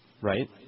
Right